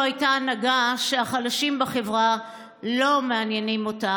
הייתה הנהגה שהחלשים בחברה לא מעניינים אותה.